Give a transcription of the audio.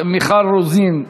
מיכל רוזין?